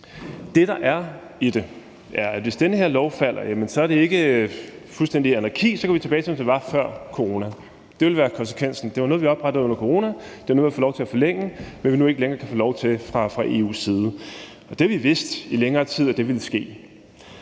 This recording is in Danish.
Det, der er i det, er, at hvis den her lov falder, er det ikke fuldstændig anarki; så går vi tilbage til sådan, som det var før corona. Det ville være konsekvensen. Det var noget, vi oprettede under corona. Det var noget, vi fik lov til at forlænge, men det kan vi nu ikke længere få lov til fra EU's side. Det har vi i længere tid vidst ville ske.